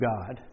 God